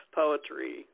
poetry